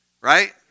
Right